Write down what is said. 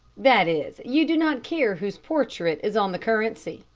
that is, you do not care whose portrait is on the currency,